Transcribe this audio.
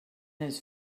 his